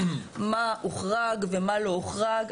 מה הוחרג ומה לא הוחרג.